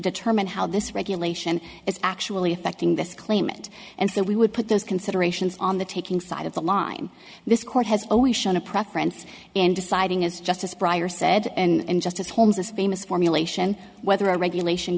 determine how this regulation is actually affecting this claimant and so we would put those considerations on the taking side of the line this court has only shown a preference in deciding as justice prior said and justice holmes is famous formulation whether a regulation